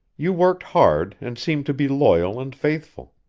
you worked hard and seemed to be loyal and faithful.